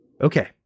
Okay